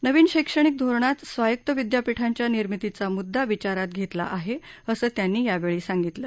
नवीन शैक्षणिक धोरणात स्वायत्त विद्यापीठांच्या निर्मितीचा मुद्दा विचारात घेतला आहे असं त्यांनी या वेळी सांगितलं